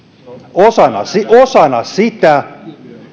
osana sitä osana sitä